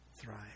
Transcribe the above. Thrive